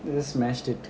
so I just smashed it